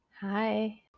Hi